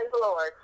Lord